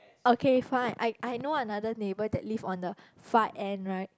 okay fine I I know another neighbour that live on the far end right